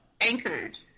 anchored